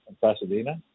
Pasadena